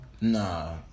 Nah